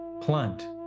plant